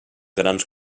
grans